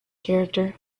character